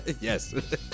Yes